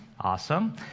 awesome